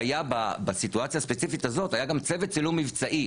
והיה בסיטואציה הזאת גם צוות צילום מבצעי,